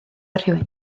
rhywun